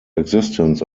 existence